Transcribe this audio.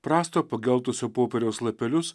prasto pageltusio popieriaus lapelius